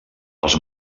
els